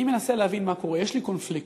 אני מנסה להבין מה קורה, יש לי קונפליקט.